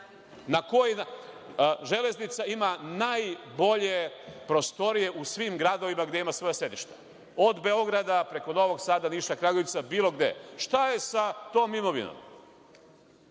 treba. Železnica ima najbolje prostorije u svim gradovima gde ima svoje sedište, od Beograda, preko Novog Sada, Niša, Kragujevca, bilo gde. Šta je sa tom imovinom?